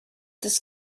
this